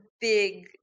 big